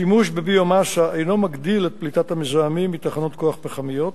שימוש בביו-מאסה אינו מגדיל את פליטת המזהמים מתחנות כוח פחמיות,